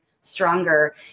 stronger